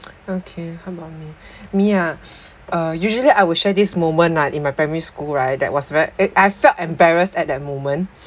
okay how about me me ah uh usually I will share this moment ah in my primary school right that was very I felt embarrassed at that moment